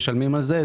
משלמים על זה.